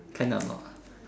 can or not